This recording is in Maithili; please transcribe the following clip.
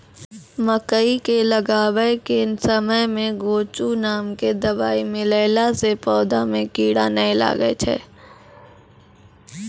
मकई के लगाबै के समय मे गोचु नाम के दवाई मिलैला से पौधा मे कीड़ा नैय लागै छै?